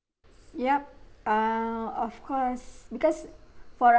yup err of course because for